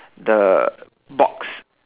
the box